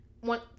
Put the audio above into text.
One